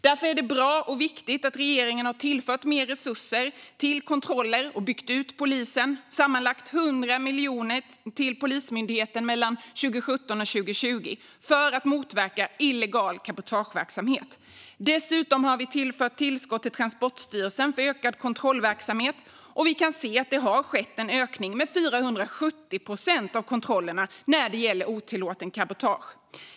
Därför är det bra och viktigt att regeringen har tillfört mer resurser till kontroller och byggt ut polisen - sammanlagt 100 miljoner till Polismyndigheten mellan 2017 och 2020 - för att motverka illegal cabotageverksamhet. Dessutom har vi tillfört tillskott till Transportstyrelsen för ökad kontrollverksamhet. Vi kan också se att det har skett en ökning med 470 procent av kontrollerna när det gäller otillåtet cabotage.